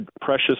precious